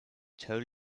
told